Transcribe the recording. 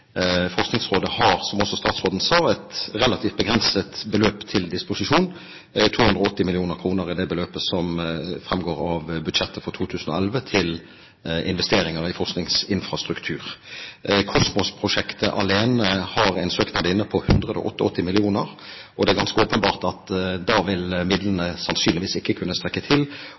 Forskningsrådet har – som også statsråden sa – et relativt begrenset beløp til disposisjon. 280 mill. kr er det beløpet som framgår av budsjettet for 2011 til investeringer i forskningsinfrastruktur. COSMOS-prosjektet alene har en søknad inne om 188 mill. kr, og det er ganske åpenbart at midlene da sannsynligvis ikke vil kunne strekke til.